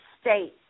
state